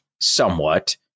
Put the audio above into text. somewhat